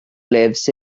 lives